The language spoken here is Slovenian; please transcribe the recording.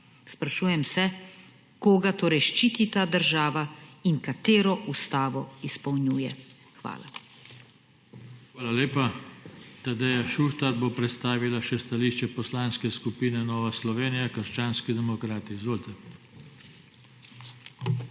Sprašujem se, koga torej ščiti ta država in katero ustavo izpolnjuje. Hvala. PODPREDSEDNIK JOŽE TANKO: Hvala lepa. Tadeja Šuštar bo predstavila še stališče Poslanske skupine Nova Slovenija – krščanski demokrati. Izvolite. TADEJA